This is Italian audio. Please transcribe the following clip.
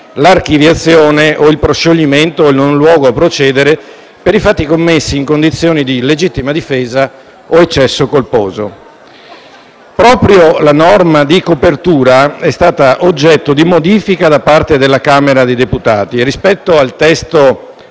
l'archiviazione, il proscioglimento o il non luogo a procedere per i fatti commessi in condizioni di legittima difesa o eccesso colposo. Proprio la norma di copertura è stata oggetto di modifica da parte della Camera dei deputati: rispetto al testo